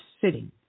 sitting